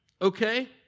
okay